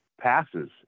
passes